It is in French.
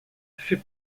fait